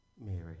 Mary